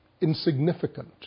insignificant